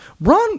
Ron